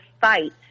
fight